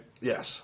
Yes